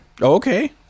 Okay